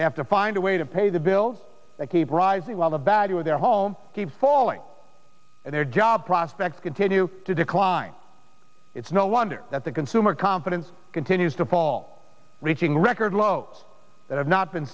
they have to find a way to pay the bills keep rising while the value of their home keeps falling and their job prospects continue to decline it's no wonder that the consumer confidence continues to fall reaching record lows that have not been